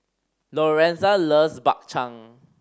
Lorenza loves Bak Chang